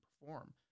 perform